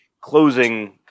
closing